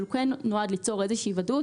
אבל הוא כן נועד ליצור איזושהי ודאות